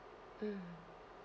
mm